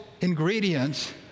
ingredients